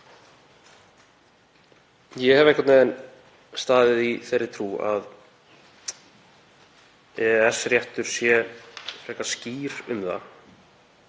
Ég hef einhvern veginn staðið í þeirri trú að EES-réttur sé frekar skýr um það